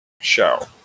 show